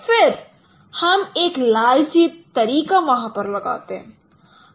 फिर हम एक लालची तरीका वहां पर लगाते हैं